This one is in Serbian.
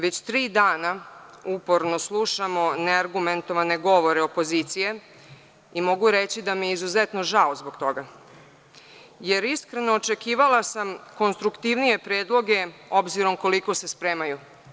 Već tri dana uporno slušamo neargumentovane govore opozicije i mogu reći da mi je izuzetno žao zbog toga, jer iskreno očekivala sam konstruktivnije predloge obzirom koliko se spremaju.